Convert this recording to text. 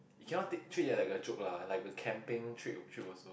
you cannot take treat it like a joke lah like a camping trip trip also